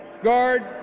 guard